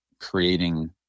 creating